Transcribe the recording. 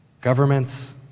Governments